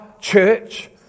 church